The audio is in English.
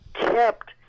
kept